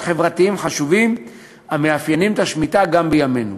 חברתיים חשובים המאפיינים את השמיטה גם בימינו.